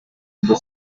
ngo